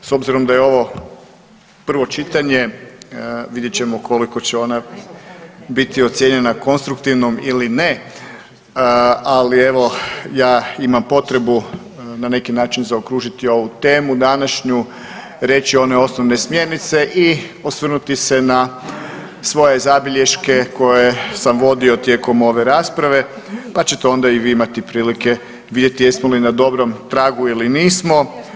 S obzirom da je ovo prvo čitanje vidjet ćemo koliko će ona biti ocijenjena konstruktivnom ili ne, ali evo ja imam potrebu na neki način zaokružiti ovu temu današnju, reći one osnovne smjernice i osvrnuti se na svoje zabilješke koje sam vodio tijekom ove rasprave, pa ćete onda i vi imati prilike vidjeti jesmo li na dobrom pragu ili nismo.